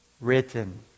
written